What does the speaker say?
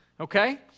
Okay